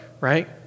right